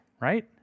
right